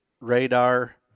radar